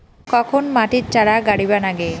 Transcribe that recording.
কখন মাটিত চারা গাড়িবা নাগে?